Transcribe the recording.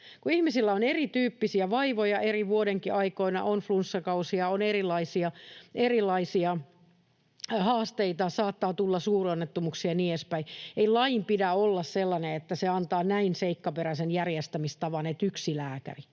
ihmisillä on erityyppisiä vaivoja eri vuodenaikoinakin — on flunssakausia ja on erilaisia haasteita, saattaa tulla suuronnettomuuksia ja niin edespäin — ei lain pidä olla sellainen, että se antaa näin seikkaperäisen järjestämistavan, että olisi yksi lääkäri.